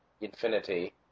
infinity